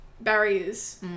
barriers